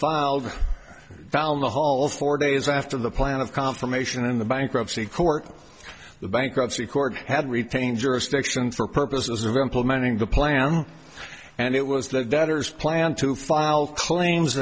filed down the hall four days after the plan of confirmation in the bankruptcy court the bankruptcy court had retained jurisdiction for purposes of implementing the plan and it was the debtors plan to file claims